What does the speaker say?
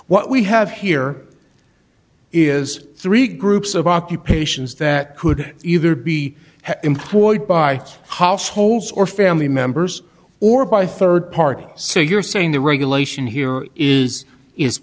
what we have here is three groups of occupations that could either be employed by households or family members or by third party so you're saying the regulation here is is